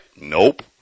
Nope